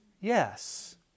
Yes